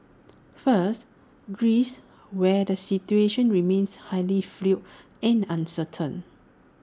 first Greece where the situation remains highly fluid and uncertain